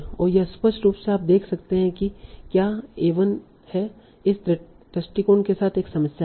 और स्पष्ट रूप से आप देख सकते हैं कि क्या a1 है इस दृष्टिकोण के साथ एक समस्या है